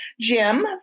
Jim